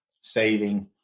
saving